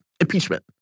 impeachment